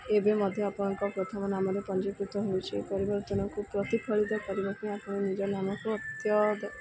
ଏବେ ମଧ୍ୟ ଆପଣଙ୍କ ପ୍ରଥମ ନାମରେ ପଞ୍ଜୀକୃତ ହୋଇଛି ପରିବର୍ତ୍ତନକୁ ପ୍ରତିଫଳିତ କରିବା ପାଇଁ ଆପଣ ନିଜ ନାମକୁ ଅତ୍ୟ